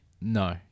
No